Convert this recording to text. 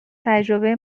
تجربه